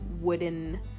wooden